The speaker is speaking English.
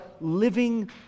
living